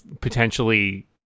potentially